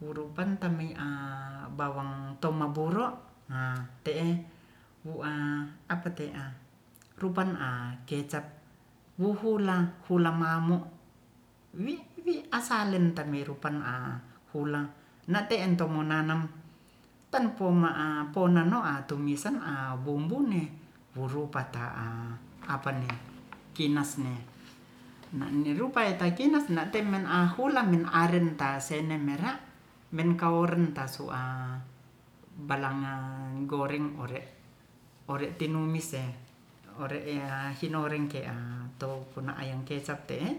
wurupantamei'a bawang tomaburo a te'e wu'a apate'a rupan'a kecap wuhula hula mamu wi'wi asalen rupan a hula na'te'en ento tumananem tan po'ma'a ponano'a tumisen a bumbune wurupata'a apa'ne kinasne na'nerupaya kinas na'temen a hulamen aren tasemen mera' menkauren tasu'a balanga goreng ore' tinumis'e ore'e hinoreng ke'a tou kuna ayang kecap te'e